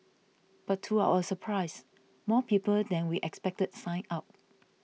but to our surprise more people than we expected signed up